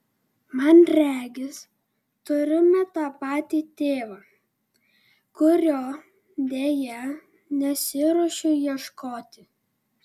man regis turime tą patį tėvą kurio deja nesiruošiu ieškoti